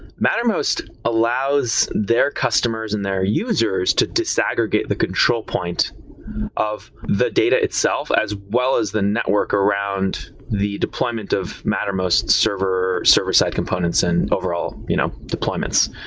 mattermost allows their customers and their users to disaggregate the control point of the data itself as well as the network around the deployment of mattermost server-side server-side components and overall you know deployments.